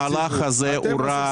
המהלך הזה הוא רע.